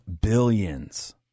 billions